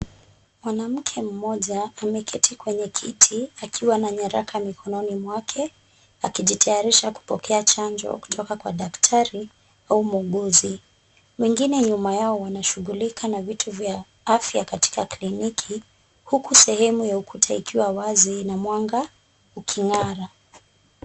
Mwanamke mmoja ameketi kwenye kiti akiwa na nyaraka mikononi mwake akijitayarisha kupokea chanjo kutoka kwa daktari au muuguzi. Mwingine nyuma yao wanashughulika na vitu vya afya katika kliniki huku sehemu ya ukuta ikiwa wazi ina mwanga uking'ara.